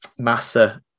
Massa